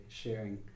sharing